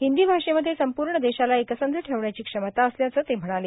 हिंदी भाषेमध्ये संपूर्ण देशाला एकसंध ठेवण्याची क्षमता असल्याचं ते म्हणाले